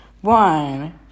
One